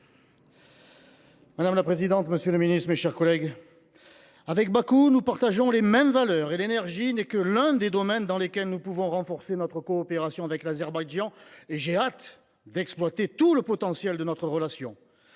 Madame la présidente, monsieur le ministre, mes chers collègues, avec Bakou, « nous partageons les mêmes valeurs » et « l’énergie n’est que l’un des domaines dans lesquels nous pouvons renforcer notre coopération avec l’Azerbaïdjan et j’ai hâte d’exploiter tout le potentiel de notre relation